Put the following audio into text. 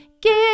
Give